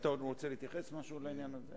אתה עוד רוצה להתייחס במשהו לעניין הזה?